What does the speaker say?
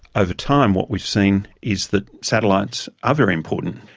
over time, what we've seen is that satellites are very important.